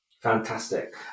Fantastic